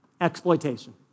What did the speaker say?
exploitation